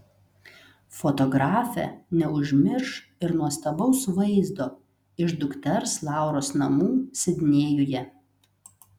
fotografė neužmirš ir nuostabaus vaizdo iš dukters lauros namų sidnėjuje